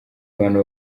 bantu